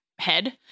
head